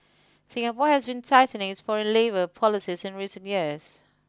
Singapore has been tightening its foreign labour policies in recent years